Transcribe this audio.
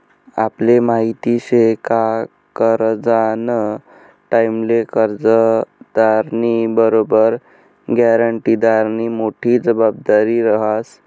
आपले माहिती शे का करजंना टाईमले कर्जदारनी बरोबर ग्यारंटीदारनी मोठी जबाबदारी रहास